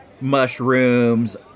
mushrooms